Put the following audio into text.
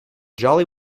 jolly